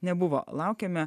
nebuvo laukiame